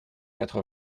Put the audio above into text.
quatre